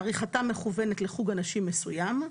עריכתם מכוונת לחוג אנשים מסוים,